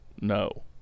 No